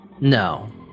No